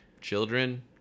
children